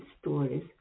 stories